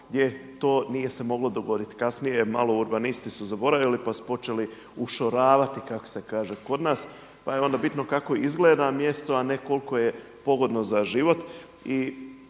gdje to nije se moglo dogoditi, kasnije malo urbanisti su zaboravili pa su počeli ušoravati kako se kaže kod nas , pa je onda bitno kako izgleda mjesto a ne koliko je pogodno za život.